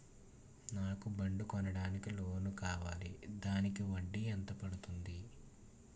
నాకు బండి కొనడానికి లోన్ కావాలిదానికి వడ్డీ ఎంత పడుతుంది?